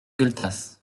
gueltas